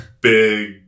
big